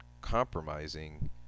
compromising